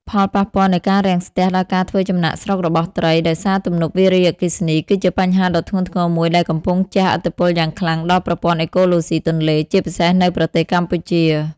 ផលប៉ពាល់នៃការរាំងស្ទះដល់ការធ្វើចំណាកស្រុករបស់ត្រីដោយសារទំនប់វារីអគ្គិសនី គឺជាបញ្ហាដ៏ធ្ងន់ធ្ងរមួយដែលកំពុងជះឥទ្ធិពលយ៉ាងខ្លាំងដល់ប្រព័ន្ធអេកូឡូស៊ីទន្លេ ជាពិសេសនៅប្រទេសកម្ពុជា។